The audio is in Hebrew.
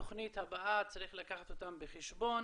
התוכנית הבאה צריך לקחת אותן בחשבון.